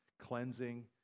Cleansing